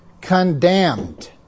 condemned